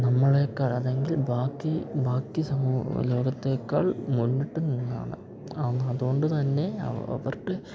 നമ്മളേക്കാൾ അല്ലെങ്കിൽ ബാക്കി ബാക്കി ലോകത്തേക്കാൾ മുന്നിട്ട് നിന്നാണ് ആണ് അതുകൊണ്ടുതന്നെ അവർക്ക്